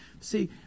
See